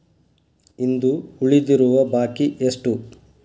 ಇಂದು ಉಳಿದಿರುವ ಬಾಕಿ ಎಷ್ಟು?